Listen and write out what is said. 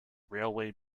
railway